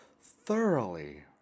thoroughly